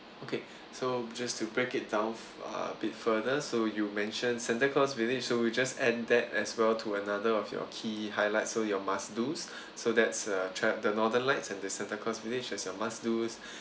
okay so just to break it down uh a bit further so you mentioned santa claus village so we just add that as well to another of your key highlights so your must dos so that's uh tra~ the northern lights and the santa claus village as your must dos